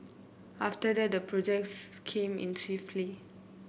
after that the projects came in swiftly